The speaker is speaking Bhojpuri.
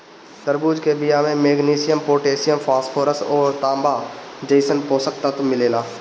तरबूजा के बिया में मैग्नीशियम, पोटैशियम, फास्फोरस अउरी तांबा जइसन पोषक तत्व मिलेला